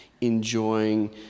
enjoying